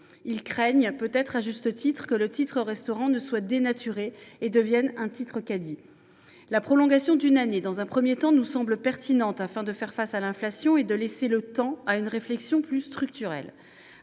Ils craignent ainsi, peut être à raison, que le titre restaurant ne soit dénaturé et devienne un « titre caddie ». La prolongation d’une année, dans un premier temps, nous semble pertinente pour faire face à l’inflation et de laisser le temps à une réflexion plus structurelle